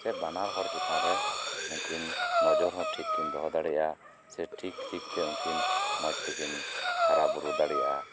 ᱥᱮ ᱵᱟᱱᱟᱨ ᱦᱚᱲ ᱪᱮᱛᱟᱱ ᱨᱮ ᱩᱱᱠᱤᱱ ᱱᱚᱡᱚᱨ ᱦᱚᱸ ᱴᱷᱤᱠ ᱠᱤᱱ ᱫᱚᱦᱚ ᱫᱟᱲᱤᱭᱟᱜᱼᱟ ᱥᱮ ᱴᱷᱤᱠ ᱴᱷᱤᱠ ᱛᱮ ᱩᱱᱠᱤᱱ ᱢᱚᱪ ᱛᱮᱠᱤᱱ ᱦᱟᱨᱟ ᱵᱩᱨᱩ ᱫᱟᱲᱤᱭᱟᱜᱼᱟ